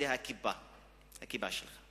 זה הקיבה שלך,